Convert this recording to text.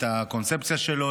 את הקונספציה שלו,